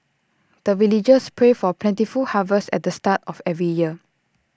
the villagers pray for plentiful harvest at the start of every year